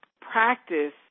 practice